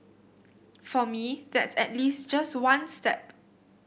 for me that's at least just one step